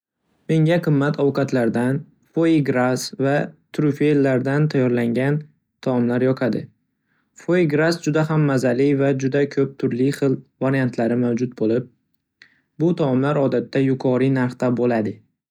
Menga qimmat ovqatlardan foie gras va trufellardan tayyorlangan taomlar yoqadi. Foie gras juda ham mazali va juda ko'p turli xil variantlari mavjud bo'lib, bu taomlar odatda yuqori narxda bo'ladi.